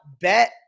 Bet